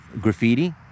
graffiti